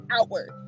outward